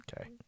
Okay